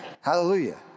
Hallelujah